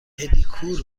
پدیکور